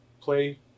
Play